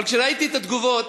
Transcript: אבל כשראיתי את התגובות,